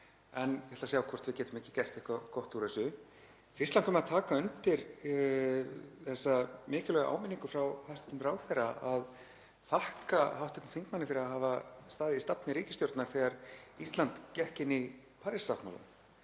en ég ætla að sjá hvort við getum ekki gert eitthvað gott úr þessu. Fyrst langar mig að taka undir þessa mikilvægu áminningu frá hæstv. ráðherra, þ.e. að þakka hv. þingmanni fyrir að hafa staðið í stafni ríkisstjórnar þegar Ísland gekk inn í Parísarsáttmálann.